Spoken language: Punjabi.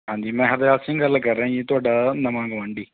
ਹਾਂਜੀ ਮੈਂ ਹਰਦਿਆਲ ਸਿੰਘ ਗੱਲ ਕਰ ਰਿਹਾ ਜੀ ਤੁਹਾਡਾ ਨਵਾਂ ਗਆਂਢੀ